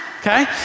Okay